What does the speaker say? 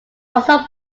also